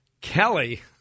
Kelly